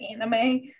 anime